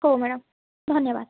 ହଉ ମ୍ୟାଡ଼ାମ୍ ଧନ୍ୟବାଦ